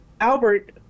Albert